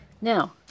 Now